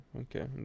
okay